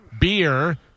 beer